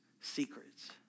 secrets